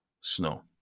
snow